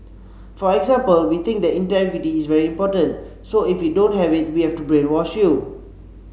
for example we think that integrity is very important so if you don't have it we have to brainwash you